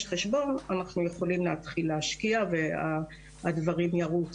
חשבון אנחנו יכולים להתחיל להשקיע והדברים ירוצו.